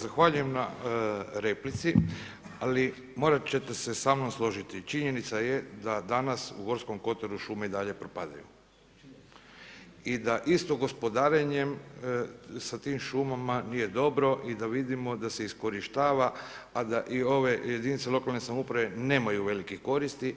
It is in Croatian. Zahvaljujem na replici, ali morat ćete se sa mnom složiti, činjenica je da danas u Gorskom kotaru šume i dalje propadaju i da isto gospodarenje sa tim šumama nije dobro i da vidimo da se iskorištava a da i ove jedinice lokalne samouprave nemaju velikih koristi